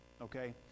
okay